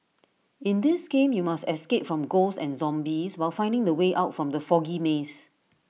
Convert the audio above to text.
in this game you must escape from ghosts and zombies while finding the way out from the foggy maze